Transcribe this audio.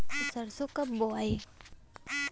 सरसो कब बोआई?